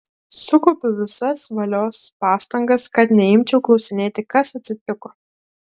sukaupiau visas valios pastangas kad neimčiau klausinėti kas atsitiko